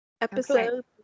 Episode